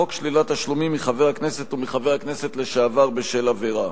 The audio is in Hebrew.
חוק שלילת תשלומים מחבר הכנסת ומחבר הכנסת לשעבר בשל עבירה.